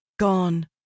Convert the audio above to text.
Gone